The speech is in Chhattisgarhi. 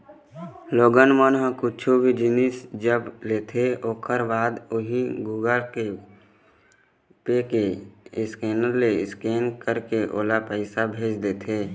लोगन मन ह कुछु भी जिनिस जब लेथे ओखर बाद उही गुगल पे के स्केनर ले स्केन करके ओला पइसा भेज देथे